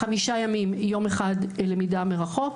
חמישה ימים, יום אחד למידה מרחוק.